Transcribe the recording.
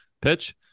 pitch